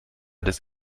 des